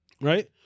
right